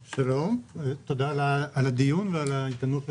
שלום, תודה על הדיון ועל ההזדמנות לדבר.